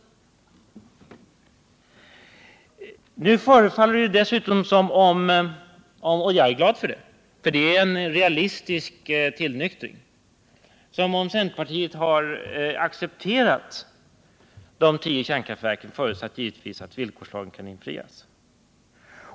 Det förefaller nu — och jag är glad för det, för det innebär en realistisk tillnyktring — som om centerpartiet har accepterat de tio kärnkraftverken, förutsatt givetvis att villkorslagen kan infrias.